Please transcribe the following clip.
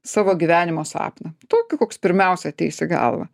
savo gyvenimo sapną tokį koks pirmiausia ateis į galvą